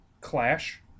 Clash